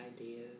ideas